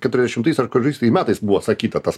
keturiasdešimtais ar kuriais tai metais buvo sakyta tas